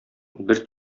бер